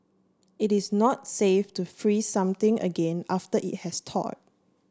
it is not safe to freeze something again after it has thaw